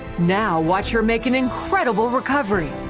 now watch her make an incredible recovery.